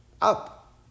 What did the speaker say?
Up